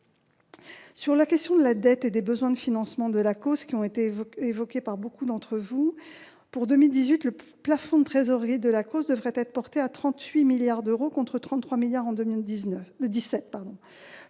Sur la question de la dette et des besoins de financement de l'ACOSS, qui a été évoquée par beaucoup d'entre vous, le plafond de trésorerie de l'ACOSS devrait être porté à 38 milliards d'euros en 2018, contre 33 milliards d'euros